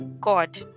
god